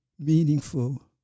meaningful